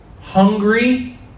hungry